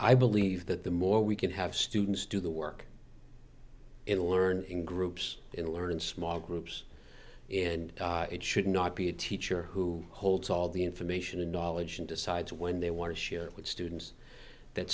i believe that the more we could have students do the work in learning groups and learn in small groups and it should not be a teacher who holds all the information and knowledge and decides when they want to share it with students that